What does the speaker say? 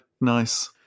nice